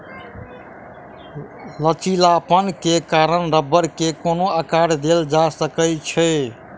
लचीलापन के कारण रबड़ के कोनो आकर देल जा सकै छै